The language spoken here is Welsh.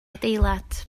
adeilad